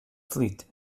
fleet